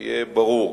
שיהיה ברור.